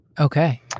Okay